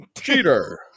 Cheater